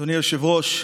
אדוני היושב-ראש,